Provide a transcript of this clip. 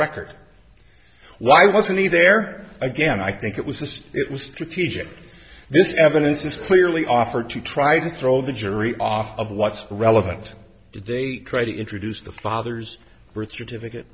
record why wasn't he there again i think it was just it was strategic this evidence is clearly offered to try to throw the jury off of what's relevant if they try to introduce the father's birth certificate